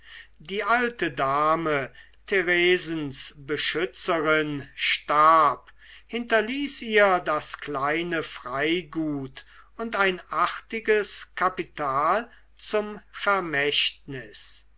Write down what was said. die alte dame theresens beschützerin starb hinterließ ihr das kleine freigut und ein artiges kapital zum vermächtnis